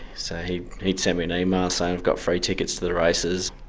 so he'd he'd send me an email saying i've got free tickets to the races